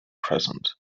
present